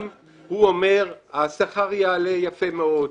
הוא אומר שהשכר יעלה יפה מאוד.